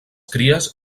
cries